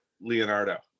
Leonardo